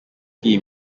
iyi